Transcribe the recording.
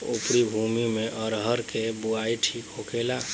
उपरी भूमी में अरहर के बुआई ठीक होखेला?